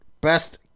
Best